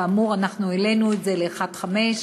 כאמור אנחנו העלינו את זה ל-1.5,